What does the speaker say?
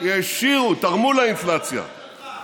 הם העשירו, תרמו לאינפלציה.